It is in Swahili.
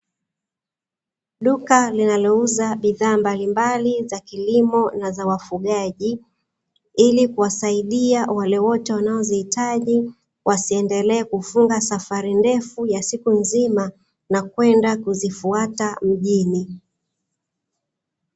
Duka linalouza bidhaa mbalimbali za kilimo na za wafugaji, ili kuwasaidia wale wote wanaozihitaji wasiendelee kufunga safari ndefu ya siku nzima na kwenda kuzifuata mjini.